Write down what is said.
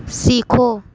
सीखो